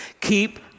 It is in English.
keep